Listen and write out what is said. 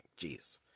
Jeez